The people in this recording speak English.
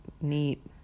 Neat